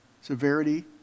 severity